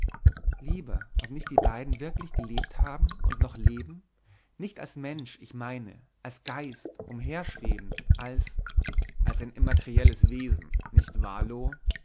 lieber ob nicht die beiden wirklich gelebt haben und noch leben nicht als mensch ich meine als geist umherschwebend als als ein immaterielles wesen nicht